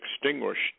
extinguished